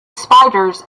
spiders